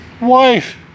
wife